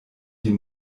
die